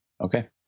Okay